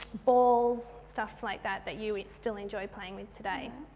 balls, stuff like that that you still enjoy playing with today.